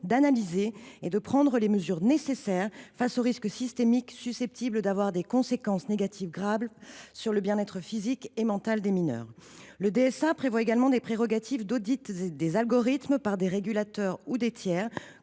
d’analyser et de prendre les mesures nécessaires face au risque systémique susceptible d’avoir des conséquences négatives graves sur le bien être physique et mental des mineurs. Le DSA prévoit également l’audit des algorithmes qui gouvernent ces plateformes par des régulateurs ou des tiers